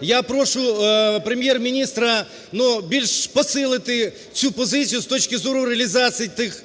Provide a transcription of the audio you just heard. я прошу Прем'єр-міністра, ну, більш посилити цю позицію з точки зору реалізації тих